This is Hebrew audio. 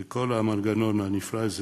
וכל המנגנון הנפלא הזה